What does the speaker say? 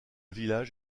village